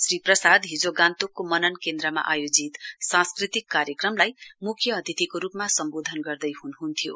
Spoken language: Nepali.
श्री प्रसाद हिजो गान्तोकको मनन केन्द्रमा आयोजित सांस्कृतिक कार्यक्रमलाई मुख्य अतिथिको रूपमा सम्बोधन गर्दै हनुहन्थ्यो